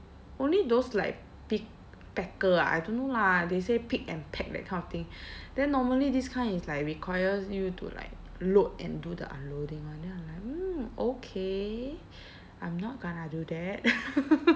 only those like pick packer ah I don't know lah they say pick and pack that kind of thing then normally this kind is like requires you to like load and do the unloading [one] then I'm like mm okay I'm not gonna do that